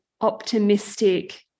optimistic